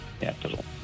Capital